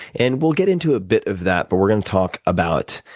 and we'll get into a bit of that but we're going to talk about,